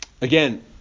Again